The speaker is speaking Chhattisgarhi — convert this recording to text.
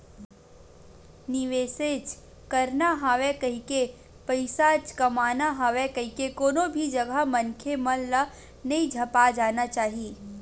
निवेसेच करना हवय कहिके, पइसाच कमाना हवय कहिके कोनो भी जघा मनखे मन ल नइ झपा जाना चाही